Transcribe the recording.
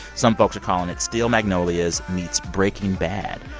some folks are calling it steel magnolias meets breaking bad.